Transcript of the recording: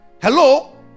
Hello